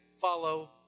follow